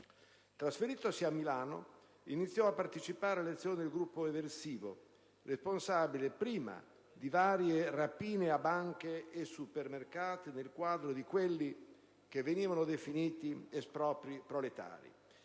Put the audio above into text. Trasferitosi a Milano, iniziò a partecipare alle azioni del gruppo eversivo, responsabile prima di varie rapine a banche e supermercati nel quadro di quelli che venivano definiti espropri proletari